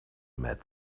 met